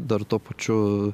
dar tuo pačiu